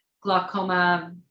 glaucoma